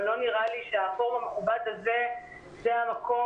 ולא נראה לי שהפורום המכובד הזה זה המקום